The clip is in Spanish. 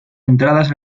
entradas